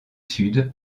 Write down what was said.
sud